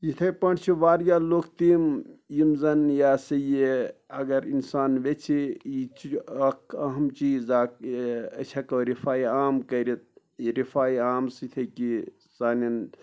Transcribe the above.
یِتھٕے پٲٹھۍ چھِ واریاہ لُکھ تِم یِم زَن یہِ ہسا یہِ اگر اِنسان ویٚژھِ یہِ چھُ اَکھ اہم چیٖز اَکھ أسۍ ہٮ۪کو رِفاے عام کٔرِتھ یہِ رِفاے عام سۭتۍ ہیٚکہِ سانٮ۪ن